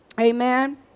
Amen